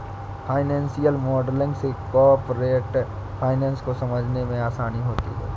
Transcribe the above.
financial modelling से corporate finance को समझने में आसानी होती है